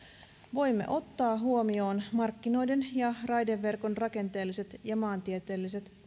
voimme ottaa huomioon markkinoiden ja raideverkon rakenteelliset ja maantieteelliset